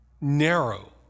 narrow